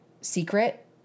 secret